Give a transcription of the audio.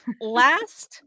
last